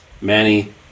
Manny